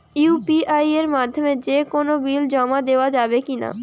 UPI এর মাধ্যমে যে কোনো বিল জমা দেওয়া যাবে কি না?